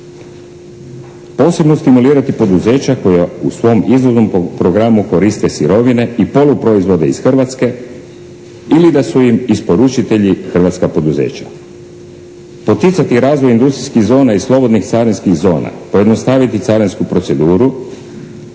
posebno stimulirati poduzeća koja u svom izvoznom programu koriste sirovine i poluproizvode iz Hrvatske ili da su im isporučitelji hrvatska poduzeća, poticati razvoj industrijskih zona i slobodnih carinskih zona, pojednostaviti carinsku proceduru